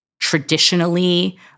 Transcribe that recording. traditionally